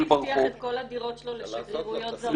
הוא פשוט הבטיח את כל הדירות שלו לשגרירויות זרות.